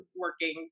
working